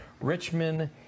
Richmond